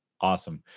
Awesome